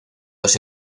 los